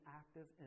active